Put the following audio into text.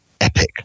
Epic